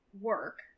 work